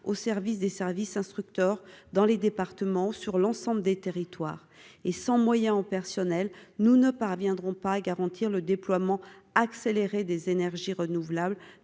au service des services instructeurs dans les départements, sur l'ensemble des territoires et sans moyens en personnel, nous ne parviendrons pas à garantir le déploiement accéléré des énergies renouvelables